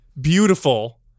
beautiful